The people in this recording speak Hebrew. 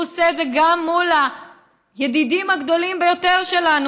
הוא עושה את זה גם מול הידידים ביותר הגדולים שלנו,